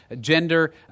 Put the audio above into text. gender